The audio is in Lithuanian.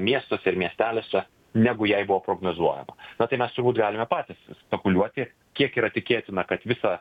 miestuose ir miesteliuose negu jai buvo prognozuojama na tai mes turbūt galime patys spekuliuoti kiek yra tikėtina kad visą